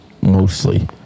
mostly